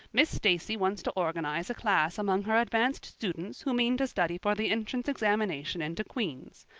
miss stacy wants to organize a class among her advanced students who mean to study for the entrance examination into queen's.